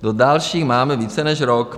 Do dalších máme více než rok.